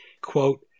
quote